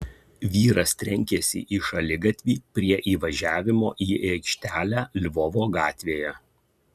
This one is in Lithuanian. vyras trenkėsi į šaligatvį prie įvažiavimo į aikštelę lvovo gatvėje